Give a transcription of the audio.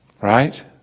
right